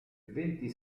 venti